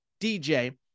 DJ